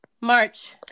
March